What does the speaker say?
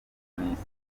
n’isi